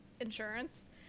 insurance